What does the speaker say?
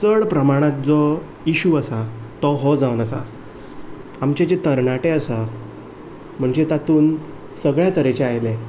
चड प्रमाणांत जो इश्यू आसा तो हो जावन आसा आमचे जे तरणाटे आसा म्हणचे तातूंत सगळ्या तरेचे आयले